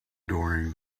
during